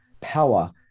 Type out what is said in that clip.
power